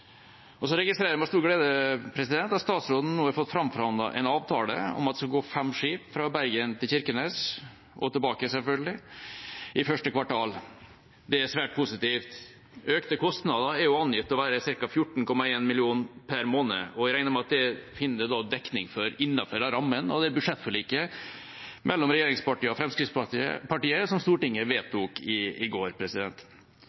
registrerer med stor glede at statsråden nå har fått framforhandlet en avtale om at det skal gå fem skip fra Bergen til Kirkenes – og tilbake igjen, selvfølgelig – i første kvartal. Det er svært positivt. Økte kostnader er angitt å være ca. 14,1 mill. kr per måned, og jeg regner med at det finner en dekning for innenfor rammen av det budsjettforliket mellom regjeringspartiene og Fremskrittspartiet som Stortinget